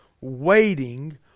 waiting